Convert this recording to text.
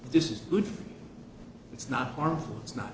this is good it's not harmful it's not